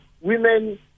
women